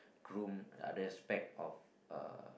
groom other aspect of uh